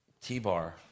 T-Bar